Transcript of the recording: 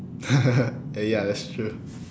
eh ya that's true